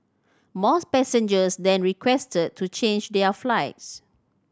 mores passengers then requested to change their flights